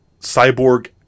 cyborg